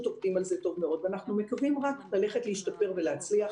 עובדים על זה טוב מאוד ואנחנו מקווים רק להשתפר ולהצליח.